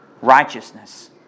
Righteousness